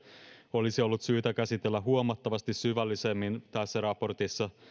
olisi ollut syytä käsitellä huomattavasti syvällisemmin tässä raportissa